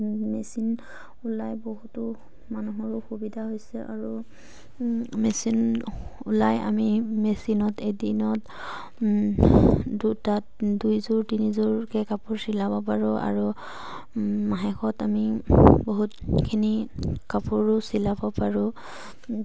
machine ওলাই বহুতো মানুহৰো অসুবিধা হৈছে আৰু মেচিন ওলাই আমি মেচিনত এদিনত দুইযোৰ তিনিযোৰকে কাপোৰ চিলাব পাৰোঁ আৰু মাহেকত আমি বহুতখিনি কাপোৰো চিলাব পাৰোঁ